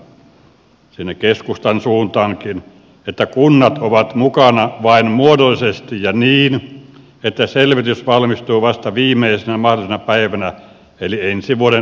ehdotan sinne keskustan suuntaankin että kunnat ovat mukana vain muodollisesti ja niin että selvitys valmistuu vasta viimeisenä mahdollisena päivänä eli ensi vuoden lopulla